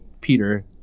Peter